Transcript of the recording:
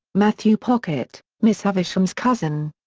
matthew pocket, miss havisham's cousin.